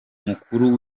mukuru